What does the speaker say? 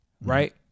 right